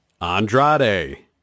Andrade